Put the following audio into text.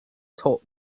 taught